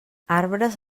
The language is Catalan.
arbres